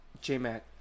J-Mac